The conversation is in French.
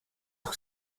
sur